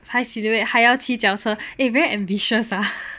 拍 silhouette 还要骑脚车诶 very ambitious ah